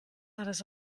alles